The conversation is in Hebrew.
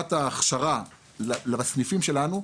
הוספת ההכשרה לסניפים שלנו,